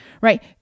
right